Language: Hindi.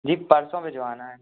जी परसों भिजवाना है